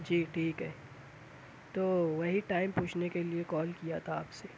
جی ٹھیک ہے تو وہی ٹائم پوچھنے کے لیے کال کیا تھا آپ سے